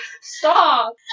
stop